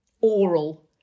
oral